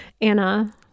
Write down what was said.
anna